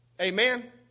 Amen